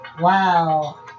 wow